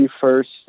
first